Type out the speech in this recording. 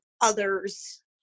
others